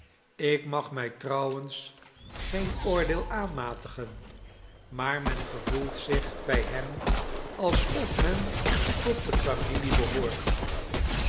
ik mag mij trouwens geen oordeel aanmatigen maar men gevoelt zich bij hen alsof men tot de familie behoort